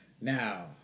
now